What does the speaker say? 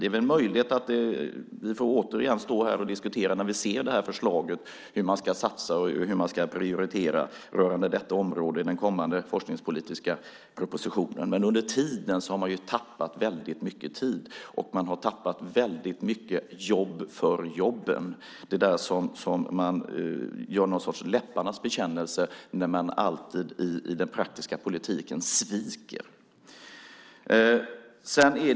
Det är möjligt att vi återigen får stå här och diskutera när vi ser förslaget om hur man ska satsa och hur man ska prioritera rörande detta område i den kommande forskningspolitiska propositionen. Men under tiden har man tappat väldigt mycket tid. Och man har tappat väldigt mycket jobb för jobben. Man gör någon sorts läpparnas bekännelse när man i den praktiska politiken alltid sviker.